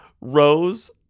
Rose